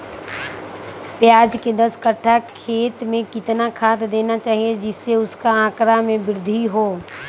प्याज के दस कठ्ठा खेत में कितना खाद देना चाहिए जिससे उसके आंकड़ा में वृद्धि हो?